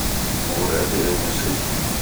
Muwure ade'ere mɛ see.